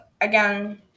again